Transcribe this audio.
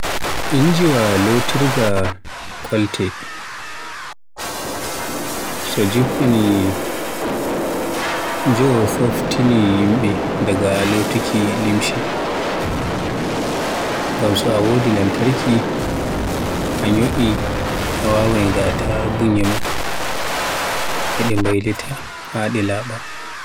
Injiwa lotirga kolte jo foftini yimbe daga lotuki limshe. Ngam so e wodi lantarki, a nyo'i a waawai ngata bunyema e de baylita ha laaba.